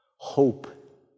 hope